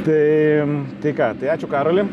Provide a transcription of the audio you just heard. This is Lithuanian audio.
tai tai ką tai ačiū karoli